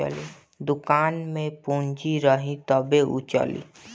दुकान में पूंजी रही तबे उ चली